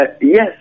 yes